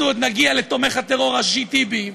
אנחנו עוד נגיע לתומך הטרור טיבי,